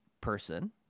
person